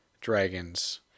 dragons